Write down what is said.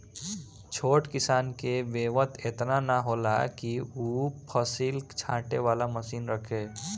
छोट किसान के बेंवत एतना ना होला कि उ फसिल छाँटे वाला मशीन रखे